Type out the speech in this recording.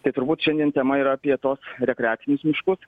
tai turbūt šiandien tema yra apie tuos rekreacinius miškus